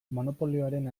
monopolioaren